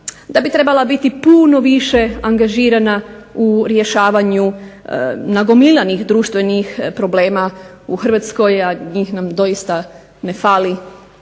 da bi trebala biti puno više angažirana u rješavanju nagomilanih društvenih problema u Hrvatskoj, a njih nam doista ne fali,